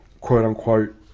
quote-unquote